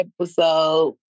episode